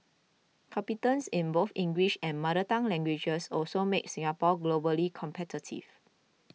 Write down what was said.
competence in both English and mother tongue languages also makes Singapore globally competitive